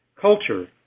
culture